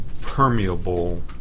permeable